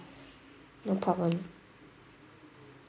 no problem